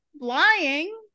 Flying